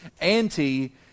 anti